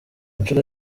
nshuro